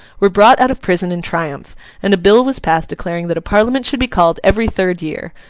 were brought out of prison in triumph and a bill was passed declaring that a parliament should be called every third year,